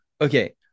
okay